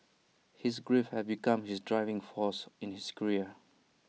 his grief had become his driving force in his career